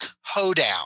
hoedown